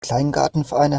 kleingartenvereine